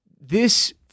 This-